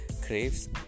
craves